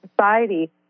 society